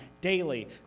daily